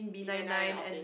B nine nine of it